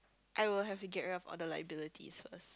I will have to get rid of all the liabilities first